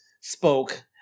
spoke